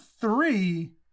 three